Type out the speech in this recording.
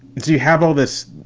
do you have all this